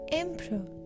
emperor